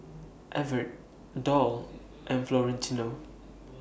Evertt Doll and Florentino